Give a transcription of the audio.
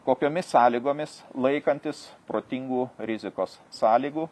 kokiomis sąlygomis laikantis protingų rizikos sąlygų